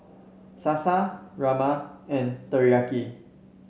Salsa Rajma and Teriyaki